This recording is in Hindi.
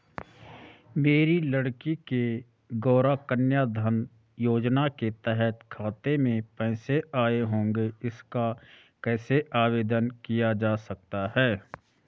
मेरी लड़की के गौंरा कन्याधन योजना के तहत खाते में पैसे आए होंगे इसका कैसे आवेदन किया जा सकता है?